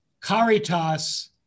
Caritas